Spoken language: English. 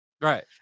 Right